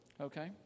okay